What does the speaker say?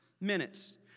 minutes